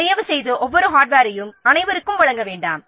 தயவுசெய்து ஒவ்வொரு ஹார்ட்வேரின் பாகத்தையும் அனைவருக்கும் வழங்க வேண்டாம்